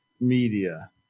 media